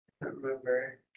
remember